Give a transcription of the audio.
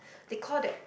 they call that